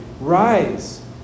rise